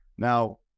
Now